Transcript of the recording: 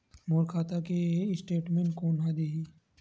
मोर खाता के स्टेटमेंट कोन ह देही?